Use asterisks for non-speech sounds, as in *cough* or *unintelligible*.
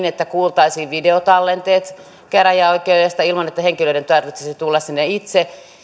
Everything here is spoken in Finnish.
*unintelligible* että kuultaisiin videotallenteet käräjäoikeudesta ilman että henkilöiden tarvitsisi tulla sinne itse